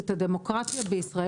את הדמוקרטיה בישראל.